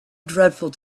dreadful